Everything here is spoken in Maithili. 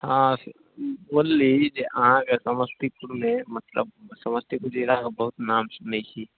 हँ बोलली जे अहाँके समस्तीपुरमे मतलब समस्तीपुर जिलाके बहुत नाम सुनै छी